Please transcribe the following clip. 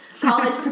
college